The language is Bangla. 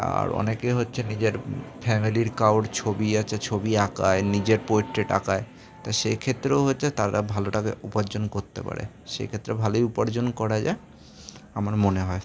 আর অনেকে হচ্ছে নিজের ফ্যামিলির কাওর ছবি আছে ছবি আঁকায় নিজের পোর্ট্রেট আঁকায় তা সেক্ষেত্রেও হচ্ছে তারা ভালো টাকা উপার্জন করতে পারে সেক্ষেত্রে ভালোই উপার্জন করা যায় আমার মনে হয়